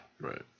right